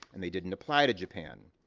and they didn't apply to japan.